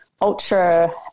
ultra